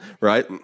Right